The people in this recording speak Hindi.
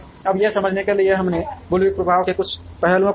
अब यह समझने के लिए हमने बुल्विप प्रभाव के कुछ पहलुओं को देखा